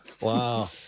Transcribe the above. Wow